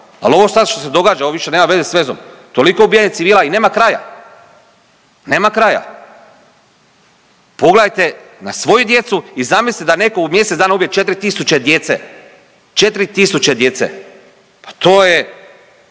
ali ono sad što se događa, više nema veze s vezom. Toliko ubijenih civila i nema kraja. Nema kraja. Pogledajte na svoju djecu i zamislite da netko u mjesec ubije 4 tisuće djece. 4 tisuće djece. Pa to je